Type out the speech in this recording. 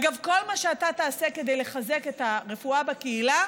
אגב, כל מה שתעשה כדי לחזק את הרפואה בקהילה,